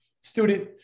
student